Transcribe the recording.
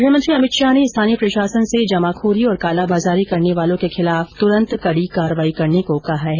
गृहमंत्री अमित शाह ने स्थानीय प्रशासन से जमाखोरी और कालाबाजारी करने वालों के खिलाफ तुरंत कड़ी कार्रवाई करने को कहा है